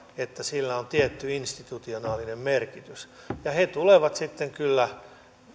että sillä on tietty institutionaalinen merkitys he tulevat sitten kyllä